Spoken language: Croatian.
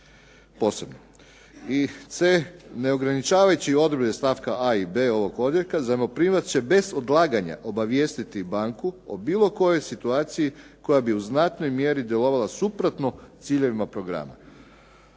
posebno. I c, "Ne ograničavajući odredbe iz stavka a i b ovog odjeljka, zajmoprimac će bez odlaganja obavijestiti banku o bilo kojoj situaciji koja bi u znatnoj mjeri djelovala suprotno ciljevima programa."